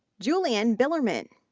julianne billerman,